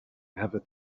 never